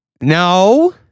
No